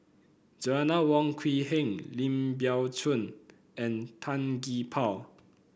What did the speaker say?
Joanna Wong Quee Heng Lim Biow Chuan and Tan Gee Paw